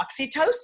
oxytocin